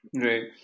Right